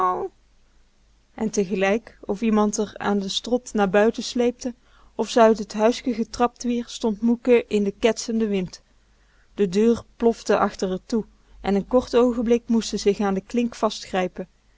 en tegelijk of iemand r aan de strot naar buiten sleepte of ze uit t huiske getrapt wier stond moeke in den ketsenden wind de deur plofte achter r toe en n kort oogenblik moest ze zich aan de klink